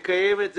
לקיים את זה.